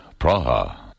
Praha